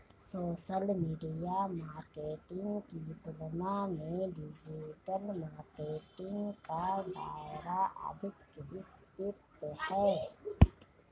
social media marketing की तुलना में डिजिटल मार्केटिंग का दायरा अधिक विस्तृत है